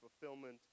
fulfillment